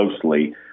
closely